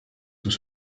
sous